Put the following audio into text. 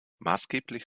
maßgeblich